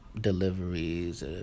deliveries